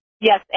yes